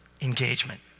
engagement